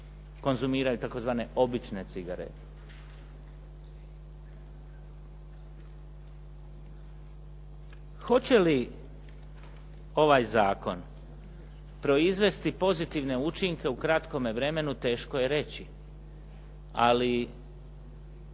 konzumiraju tzv. obične cigarete. Hoće li ovaj zakon proizvesti pozitivne učinke u kratkome vremenu teško je reći, ali